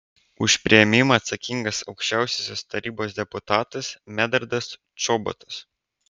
už priėmimą atsakingas aukščiausiosios tarybos deputatas medardas čobotas